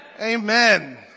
Amen